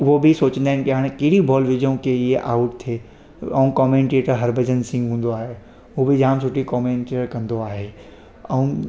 उहे बि सोचंदा आहिनि की हाणे कहिड़ी बॉल विझूं की इहा आउट थिए ऐं कॉमेंटेटर हरभजन सिंह हूंदो आहे उहो बि जाम सुठी कॉमेंटरी कंदो आहे ऐं